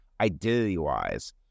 identity-wise